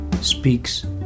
speaks